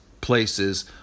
places